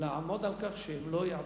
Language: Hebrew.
לעמוד על כך שהם לא יעברו.